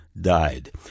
died